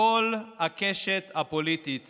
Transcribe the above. כל הקשת הפוליטית